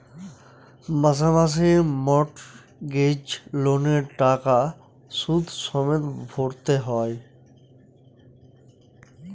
মাসে মাসে মর্টগেজ লোনের টাকা সুদ সমেত ভরতে হয়